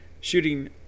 shooting